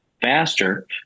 faster